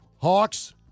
Hawks